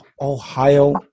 Ohio